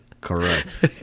Correct